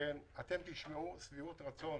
אתם תשמעו שביעות רצון